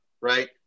right